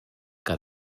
que